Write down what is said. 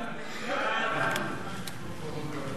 סעיפים 1 10 נתקבלו.